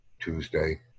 Tuesday